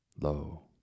Lo